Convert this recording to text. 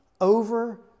over